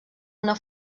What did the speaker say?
una